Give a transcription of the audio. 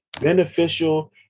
beneficial